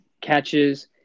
catches